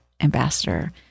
ambassador